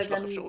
יש לך אפשרות?